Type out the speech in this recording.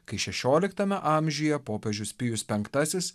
kai šešioliktame amžiuje popiežius pijus penktasis